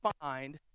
find